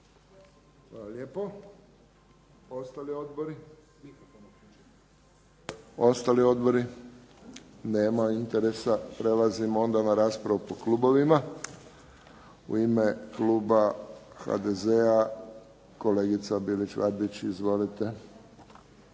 lijepo. Ostali odbori? Nema interesa. Prelazimo onda na raspravu po klubovima. U ime kluba HDZ-a, kolegica Bilić Vardić. Izvolite.